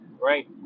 Right